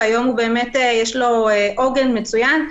והיום יש לו עוגן מצוין.